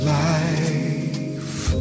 life